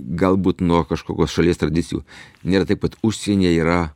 galbūt nuo kažkokios šalies tradicijų nėra taip kad užsienyje yra